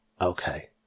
Okay